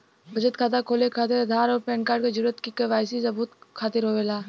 बचत खाता खोले खातिर आधार और पैनकार्ड क जरूरत के वाइ सी सबूत खातिर होवेला